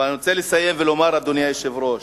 אני רוצה לסיים ולומר, אדוני היושב-ראש,